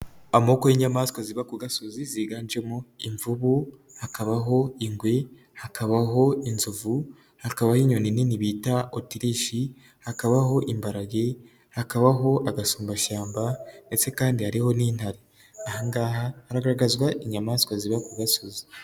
Amoko y'inyamaswa ziba ku gasozi ziganjemo: imvubu, hakabaho ingwe, hakabaho inzovu, hakabaho inyoni nini bita otirishi, hakabaho imparage, hakabaho agasumbashyamba ndetse kandi hariho n'intare, aha haragaragazwa inyamaswa ziba ku gasozi.